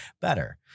better